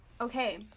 Okay